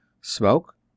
Smoke